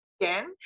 again